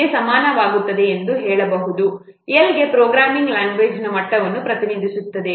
ಗೆ ಸಮಾನವಾಗಿರುತ್ತದೆ ಎಂದು ಹೇಳಬಹುದು L ಪ್ರೋಗ್ರಾಮಿಂಗ್ ಲ್ಯಾಂಗ್ವೇಜ್ನ ಮಟ್ಟವನ್ನು ಪ್ರತಿನಿಧಿಸುತ್ತದೆ